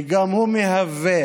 וגם הוא מהווה